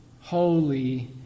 holy